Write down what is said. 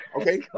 Okay